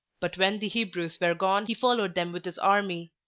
but when the hebrews were gone he followed them with his army.